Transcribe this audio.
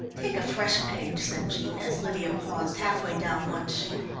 take a fresh page, said jean, as lydia paused half-way down one sheet.